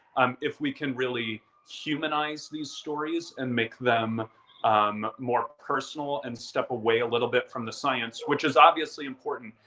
um if we can really humanize these stories and make them um more personal and step away a little bit from the science, which is obviously important,